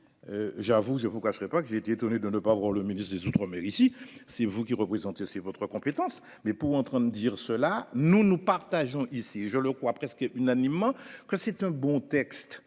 J'avoue, je ne vous cacherai pas que j'ai été étonné de ne pas voir le ministre des Outre-mer, ici, c'est vous qui représenter c'est votre compétence mais pour en train de dire cela, nous nous partageons ici je le coup après ce qui est unanimement que c'est un bon texte,